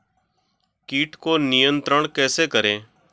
कीट को नियंत्रण कैसे करें?